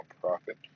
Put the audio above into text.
profit